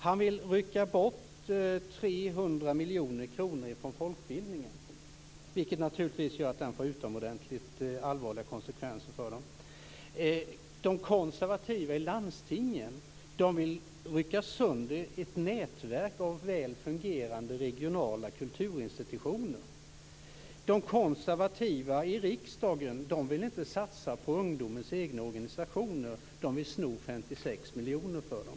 Han vill rycka bort 300 miljoner kronor från folkbildningen, vilket naturligtvis får utomordentligt allvarliga konsekvenser. De konservativa i landstingen vill rycka sönder ett nätverk av väl fungerande regionala kulturinstitutioner. De konservativa i riksdagen vill inte satsa på ungdomens egna organisationer, de vill sno 56 miljoner kronor för dem.